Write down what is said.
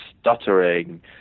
stuttering